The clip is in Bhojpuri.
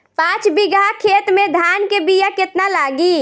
पाँच बिगहा खेत में धान के बिया केतना लागी?